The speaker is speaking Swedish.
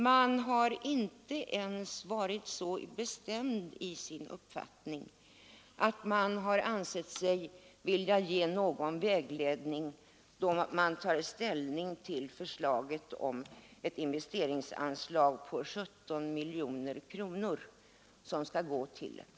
Den har inte ens varit så bestämd i sin uppfattning att den har ansett sig vilja ge någon vägledning, då den tar ställning till förslaget om ett investeringsanslag på 17 miljoner kronor till Falu tingsrätt.